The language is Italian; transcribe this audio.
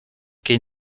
che